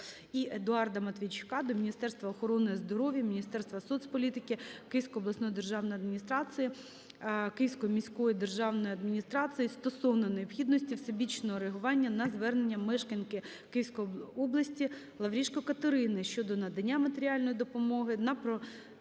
І Едуарда Матвійчука до Міністерства охорони здоров'я, Міністерства соцполітики, Київської обласної державної адміністрації, Київської міської державної адміністрації стосовно необхідності всебічного реагування на звернення мешканки Київської області Лаврішко Катерини щодо надання матеріальної допомоги на продовження